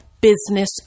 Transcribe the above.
business